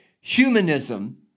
humanism